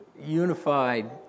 unified